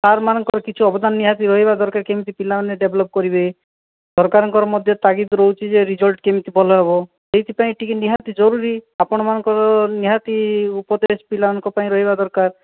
ସାର୍ମାନଙ୍କର କିଛି ଅବଦାନ ନିହାତି ରହିବା ଦରକାର କେମିତି ପିଲାମାନେ ଡେଭ୍ଲପ୍ କରିବେ ସରକାରଙ୍କର ମଧ୍ୟ ତାଗିଦ୍ ରହୁଛି ଯେ ରିଜଲ୍ଟ୍ କେମିତି ଭଲ ହେବ ସେଇଥିପାଇଁ ଟିକିଏ ନିହାତି ଜରୁରୀ ଆପଣମାନଙ୍କର ନିହାତି ଉପଦେଶ ପିଲାମାନଙ୍କ ପାଇଁ ରହିବା ଦରକାର